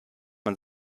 man